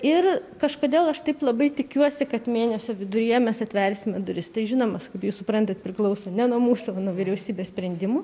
ir kažkodėl aš taip labai tikiuosi kad mėnesio viduryje mes atversime duris tai žinomas kaip jūs suprantat priklauso ne nuo mūsų o vyriausybės sprendimų